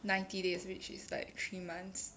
ninety days which is like three months